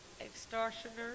Extortioners